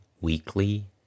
weekly